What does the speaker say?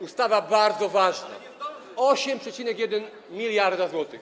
Ustawa jest bardzo ważna - 8,1 mld zł.